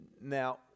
Now